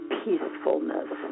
peacefulness